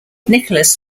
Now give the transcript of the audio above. nicolas